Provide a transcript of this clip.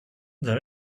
the